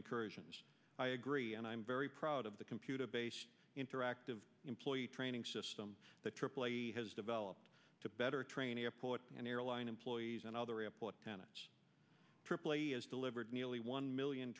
incursions i agree and i'm very proud of the computer based interactive employee training system that aaa has developed to better training airport and airline employees and other airport tenets aaa is delivered nearly one million